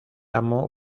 amo